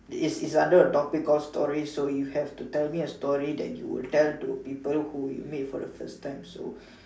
it's it's under a topic called stories so you have to tell me a story that you will tell to people who you meet for the first time so